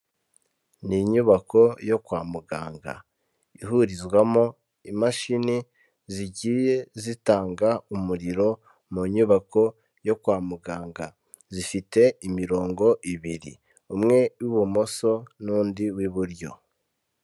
Ni inyubako yo kwa muganga. Ihurizwamo imashini zigiye zitanga umuriro mu nyubako yo kwa muganga, zifite imirongo ibiri. Umwe w'ibumoso n'undi w'iburyo.